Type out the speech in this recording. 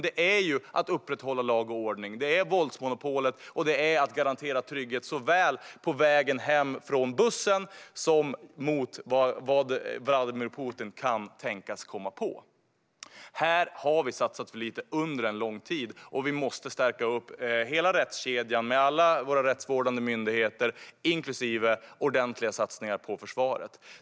Det är att upprätthålla lag och ordning, våldsmonopolet och att garantera trygghet såväl på vägen hem från bussen som mot vad Vladimir Putin kan tänkas komma på. Här har vi satsat för lite under en lång tid. Vi måste stärka hela rättskedjan med alla våra rättsvårdande myndigheter inklusive ordentliga satsningar på försvaret.